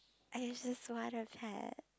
I used this one of pet